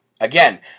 Again